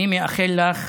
אני מאחל לך